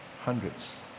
hundreds